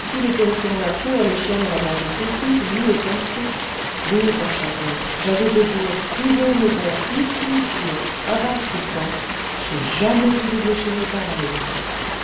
s'il était resté dans la cour les chiens l'auraient mangé tout cru lui et son petit oui père châtelain j'avais beau dire tout beau médor ici turc à bas sultan j'ai jamais vu des déchaînés pareils